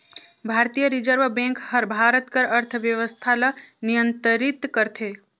भारतीय reserve bank हर भारत कर अर्थबेवस्था ल नियंतरित करथे